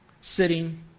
sitting